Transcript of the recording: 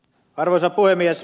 arvoisa puhemies